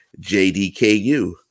JDKU